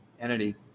entity